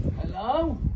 Hello